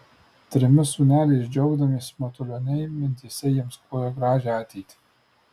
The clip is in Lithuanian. trimis sūneliais džiaugdamiesi matulioniai mintyse jiems klojo gražią ateitį